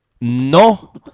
No